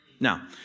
Now